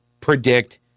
predict